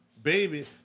Baby